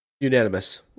Unanimous